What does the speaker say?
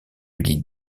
lie